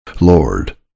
Lord